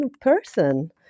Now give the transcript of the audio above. person